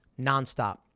nonstop